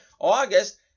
August